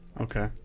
Okay